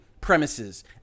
premises